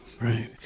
right